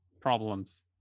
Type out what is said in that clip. problems